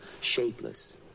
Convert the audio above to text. shapeless